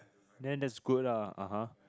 then that's good lah (uh huh)